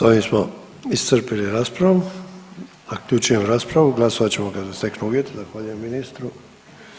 S ovim smo iscrpili raspravu, zaključujem raspravu, glasovat ćemo kad se steknu uvjeti, zahvaljujem ministru.